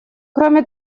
кроме